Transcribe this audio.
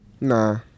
nah